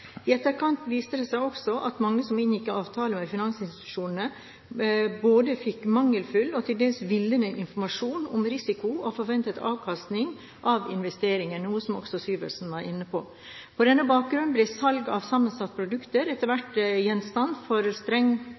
I etterkant viste det seg også at mange som inngikk avtaler med finansinstitusjoner, fikk både mangelfull og til dels villedende informasjon om risiko og forventet avkastning av investeringen, noe som også representanten Syversen var inne på. På denne bakgrunn ble salg av sammensatte produkter etter hvert gjenstand for streng